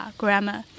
grammar